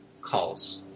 calls